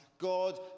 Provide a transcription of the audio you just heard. God